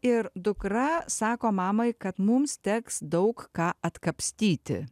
ir dukra sako mamai kad mums teks daug ką atkapstyti